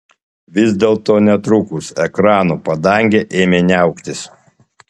vis dėlto netrukus ekrano padangė ėmė niauktis